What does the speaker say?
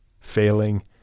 failing